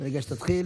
מרגע שתתחיל.